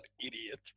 idiot